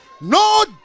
No